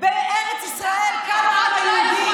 "בארץ ישראל קם העם היהודי".